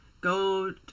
go